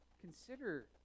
Consider